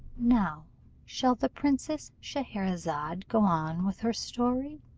now shall the princess scheherazade go on with her story?